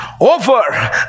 Over